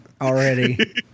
already